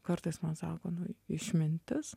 kartais man sako nu išmintis